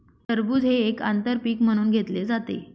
टरबूज हे एक आंतर पीक म्हणून घेतले जाते